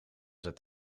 zet